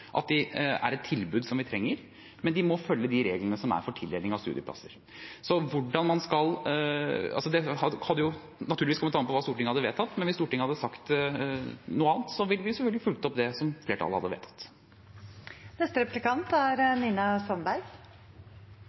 er et tilbud som vi trenger. Men de må følge de reglene som er for tildeling av studieplasser. Så det hadde naturligvis kommet an på hva Stortinget hadde vedtatt. Men hvis Stortinget hadde sagt noe annet, ville vi selvfølgelig fulgt opp det som flertallet hadde bedt om. Jeg fikk lyst til å stille statsråden spørsmål som dreier seg om at han sier at det er